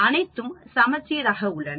அனைத்தும் சமச்சீர் ஆக உள்ளன